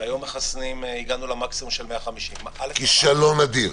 והיום הגענו למקסימום של 150,000 --- כישלון אדיר.